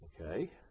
okay